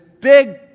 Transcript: big